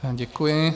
Děkuji.